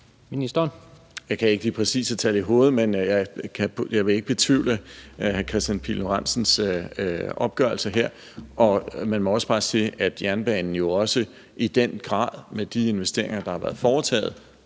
Jeg kan ikke de præcise tal i hovedet, men jeg vil ikke betvivle hr. Kristian Pihl Lorentzens opgørelse her. Man må også bare sige, at jernbanen jo i den grad med de investeringer, der har været foretaget